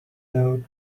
note